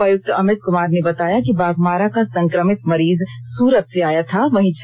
जिले के उपायुक्त अमित कुमार ने बताया कि बाघमारा का संक्रमित मरीज सूरत से आया था